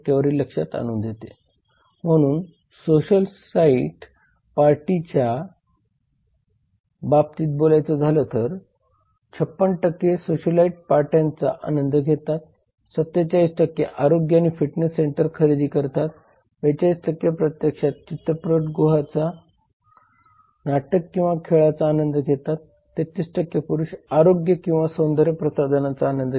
निवारण म्हणजे अन्यायकारक आणि प्रतिबंधात्मक व्यापार पद्धती आणि ग्राहकांच्या अनैतिक शोषणाविरूद्ध निवारण करण्याचा अधिकार आहे